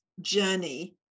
journey